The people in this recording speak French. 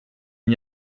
n’y